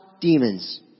demons